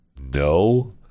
no